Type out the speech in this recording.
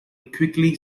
quickly